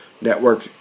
Network